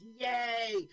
yay